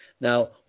Now